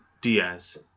Diaz